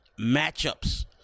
matchups